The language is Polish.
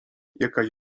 jakaś